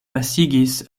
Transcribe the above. pasigis